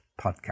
podcast